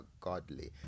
godly